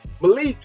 Malik